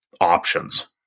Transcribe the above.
options